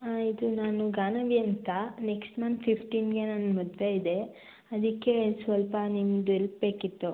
ಹಾಂ ಇದು ನಾನು ಗಾನವಿ ಅಂತ ನೆಕ್ಸ್ಟ್ ಮಂತ್ ಫಿಫ್ಟಿನಿಗೆ ನನ್ನ ಮದುವೆಯಿದೆ ಅದಕ್ಕೆ ಸ್ವಲ್ಪ ನಿಮ್ದು ಹೆಲ್ಪ್ ಬೇಕಿತ್ತು